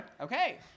Okay